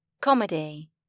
Comedy